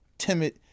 timid